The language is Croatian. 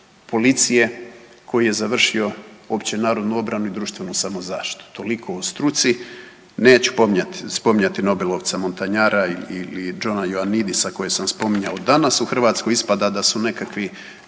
policije koji je završio općenarodnu obranu i društvenu samozaštitu. Toliko o struci, neću spominjati nobelovca Montanjara i Johna Ioannidisa koje san spominjao danas, u Hrvatskoj ispada da su nekakvi